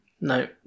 No